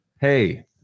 hey